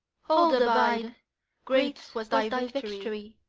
hold, abide great was thy victory,